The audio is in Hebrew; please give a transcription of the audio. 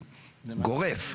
גורף,